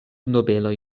nobeloj